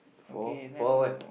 for for what